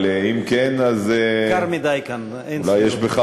אבל אם כן, אז, קר מדי כאן, אין סיכוי.